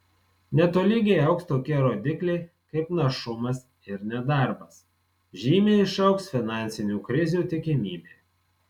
netolygiai augs tokie rodikliai kaip našumas ir nedarbas žymiai išaugs finansinių krizių tikimybė